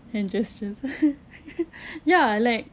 hand gestures [pe] ya like